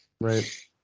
Right